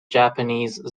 japanese